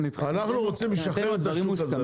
אנחנו רוצים לשחרר את השוק הזה.